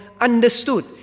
understood